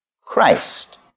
Christ